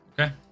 Okay